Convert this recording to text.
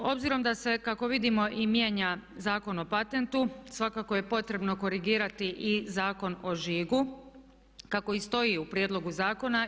Obzirom da se kako vidimo i mijenja Zakon o patentu svakako je potrebno korigirati i Zakon o žigu kako i stoji u prijedlogu zakona.